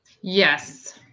yes